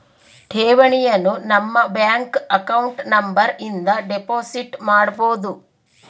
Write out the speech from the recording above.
ಠೇವಣಿಯನು ನಮ್ಮ bank account number ಇಂದ ಡೆಪೋಸಿಟ್ ಮಾಡ್ಬೊದು